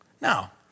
Now